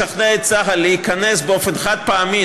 לשכנע את צה"ל להיכנס באופן חד-פעמי,